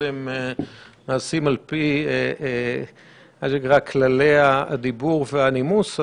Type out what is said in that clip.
הם נעשים על פי כללי הדיבור והנימוס.